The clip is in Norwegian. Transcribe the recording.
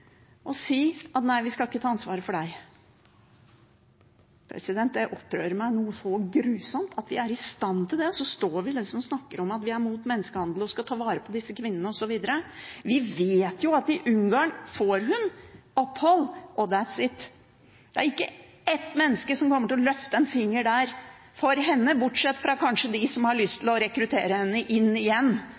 å si at nei, vi skal ikke ta ansvaret for deg. Det opprører meg noe så grusomt at vi er i stand til det, og så står vi og snakker om at vi er imot menneskehandel og skal ta vare på disse kvinnene, osv. Vi vet jo at hun i Ungarn får opphold og «that’s it». Det er ikke ett menneske som kommer til å løfte en finger for henne der, kanskje bortsett fra dem som har lyst til å rekruttere henne inn igjen